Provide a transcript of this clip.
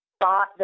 thought